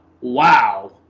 wow